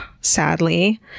sadly